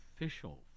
official